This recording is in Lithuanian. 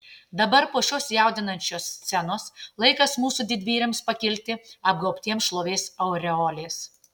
dabar po šios jaudinančios scenos laikas mūsų didvyriams pakilti apgaubtiems šlovės aureolės